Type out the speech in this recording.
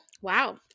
Wow